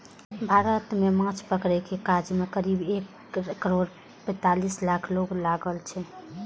भारत मे माछ पकड़ै के काज मे करीब एक करोड़ पैंतालीस लाख लोक लागल छै